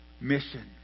mission